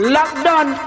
Lockdown